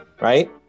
right